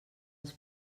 els